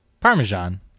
Parmesan